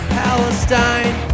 palestine